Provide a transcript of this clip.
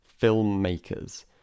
filmmakers